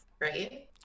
right